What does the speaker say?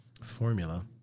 formula